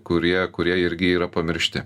kurie kurie irgi yra pamiršti